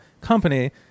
company